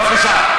בבקשה.